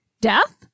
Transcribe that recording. Death